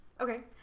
Okay